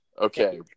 Okay